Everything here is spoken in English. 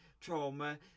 trauma